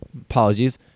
Apologies